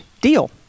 deal